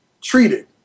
treated